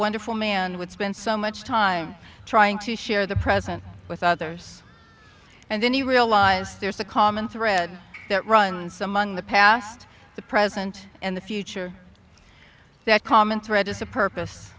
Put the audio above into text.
wonderful man would spend so much time trying to share the present with others and then he realized there's a common thread that runs among the past the present and the future that common thread is a purpose